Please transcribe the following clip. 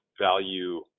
value